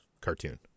cartoon